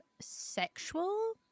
sexual